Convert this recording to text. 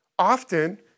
Often